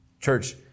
Church